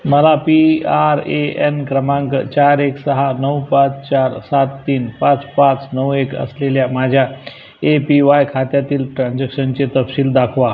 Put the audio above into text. मला P R A N क्रमांक चार एक सहा नऊ पाच चार सात तीन पाच पाच नऊ एक असलेल्या माझ्या ए पी वाय खात्यातील ट्रान्झक्शनचे तपशील दाखवा